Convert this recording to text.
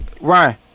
Ryan